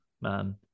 man